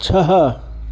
छह